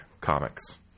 comics